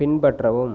பின்பற்றவும்